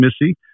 Missy